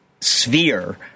sphere